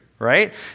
Right